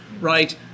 Right